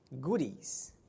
goodies